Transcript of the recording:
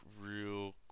real